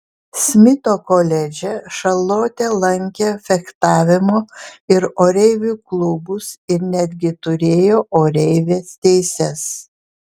smito koledže šarlotė lankė fechtavimo ir oreivių klubus ir netgi turėjo oreivės teises